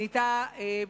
נהייתה,